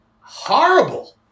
horrible